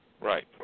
Right